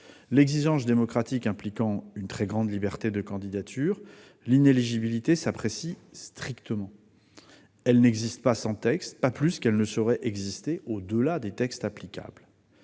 L'exigence démocratique impliquant une très grande liberté de candidature, l'inéligibilité s'apprécie strictement : elle n'existe pas sans texte, pas plus qu'elle ne saurait exister au-delà des textes applicables.